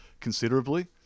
considerably